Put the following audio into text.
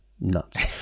nuts